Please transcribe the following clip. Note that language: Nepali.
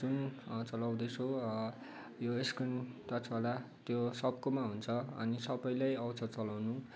जुन चलाउँदैछौँ यो स्क्रिन टच वाला त्यो सबकोमा हुन्छ अनि सबैलाई आउँछ चलाउनु